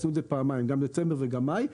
עשינו את זה פעמיים, גם דצמבר וגם מאי.